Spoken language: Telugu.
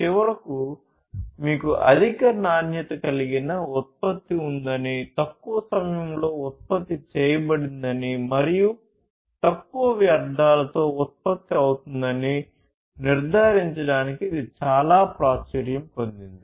చివరికి మీకు అధిక నాణ్యత కలిగిన ఉత్పత్తి ఉందని తక్కువ సమయంలో ఉత్పత్తి చేయబడిందని మరియు తక్కువ వ్యర్ధాలతో ఉత్పత్తి అవుతుందని నిర్ధారించడానికి ఇది చాలా ప్రాచుర్యం పొందింది